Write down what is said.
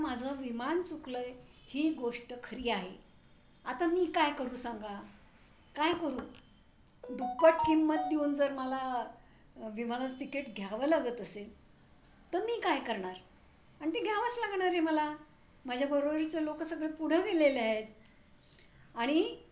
माझं विमान चुकलं आहे ही गोष्ट खरी आहे आता मी काय करू सांगा काय करू दुप्पट किंमत देऊन जर मला विमानाचं तिकीट घ्यावं लागत असेल तर मी काय करणार आणि ते घ्यावंच लागणार आहे मला माझ्या बरोबरचे लोक सगळे पुढं गेलेले आहेत आणि